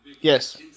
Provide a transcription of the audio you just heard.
Yes